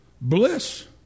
bliss